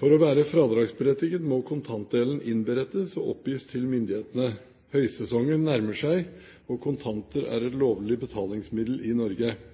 For å være fradragsberettiget må kontantdelen innberettes og oppgis til myndighetene. Høysesongen nærmer seg raskt, og kontanter er et lovlig betalingsmiddel i Norge.